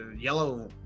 yellow